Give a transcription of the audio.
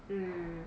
mm